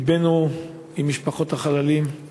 לבנו עם משפחות החללים,